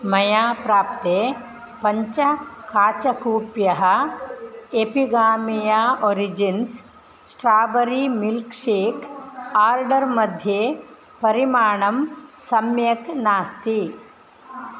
मया प्राप्ते पञ्च काचकूप्यः Epigamia origins strawberry milkshake order मध्ये परिमाणं सम्यक् नास्ति